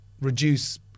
reduce